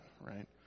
right